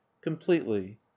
Completely